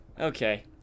Okay